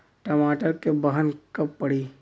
टमाटर क बहन कब पड़ी?